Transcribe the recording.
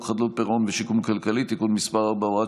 חדלות פירעון ושיקום כלכלי (תיקון מס' 4,